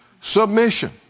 submission